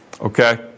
Okay